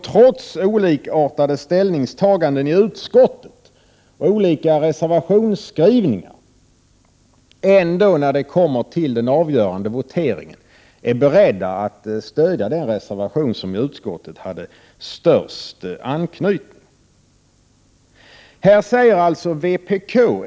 Trots olikartade ställningstaganden i utskottet och olika reservationsskrivningar är de ändå, när de kommer till den avgörande voteringen, beredda att stödja den reservation som i utskottet hade störst anslutning.